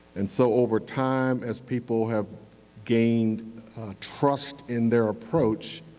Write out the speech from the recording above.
and so, over time as people have gained trust in their approach,